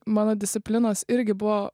mano disciplinos irgi buvo